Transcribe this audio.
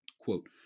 Quote